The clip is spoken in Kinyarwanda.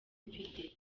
mfite